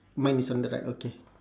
mine is on the right okay